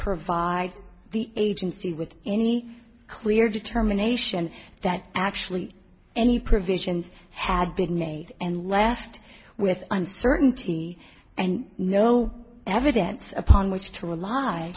provide the agency with any clear determination that actually any provisions had been made and left with uncertainty and no evidence upon which to rely